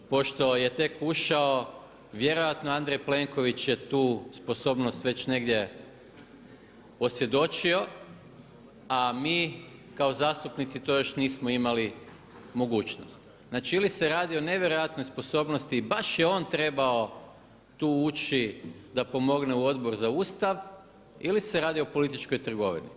Pošto je tek ušao vjerojatno Andrej Plenković je tu sposobnost već negdje posvjedočio, a mi kao zastupnici to još nismo imali mogućnost, znači ili se radi o nevjerojatnoj sposobnosti, baš je on trebao tu ući da pomogne u Odbor za Ustav ili se radi o političkoj trgovini.